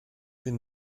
bin